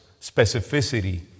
specificity